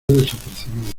desapercibido